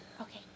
Okay